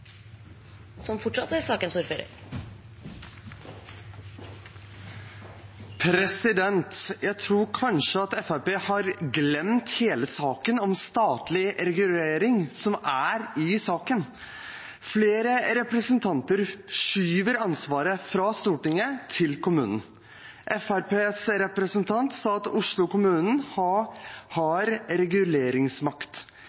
Jeg tror kanskje at Fremskrittspartiet har glemt hele saken om statlig regulering som er i saken. Flere representanter skyver ansvaret over fra Stortinget til kommunen. Fremskrittspartiets representant sa at Oslo